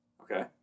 Okay